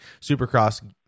supercross